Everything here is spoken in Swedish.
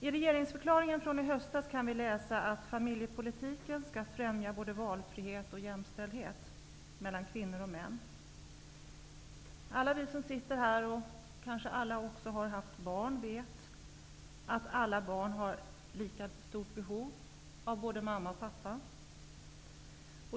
I regeringsförklaringen från i höstas kan vi läsa att familjepolitiken skall främja både valfrihet och jämställdhet mellan kvinnor och män. Alla vi som sitter här, som har haft barn, vet att alla barn har lika stort behov av både mamma och pappa.